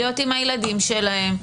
להיות עם הילדים שלהם,